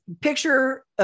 picture